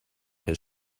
his